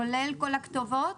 כולל כל הכתובות?